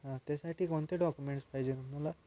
हा त्यासाठी कोणते डॉक्युमेंट्स पाहिजे मला